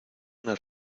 una